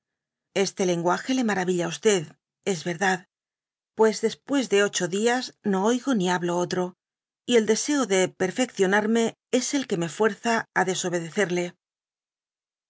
este lenguage le maravilla á es verdad pues después de dby google lo ocho dias no oigo ni hablo otro y el desecr de perfeccionarme es el que me fuerza á desobe